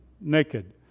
naked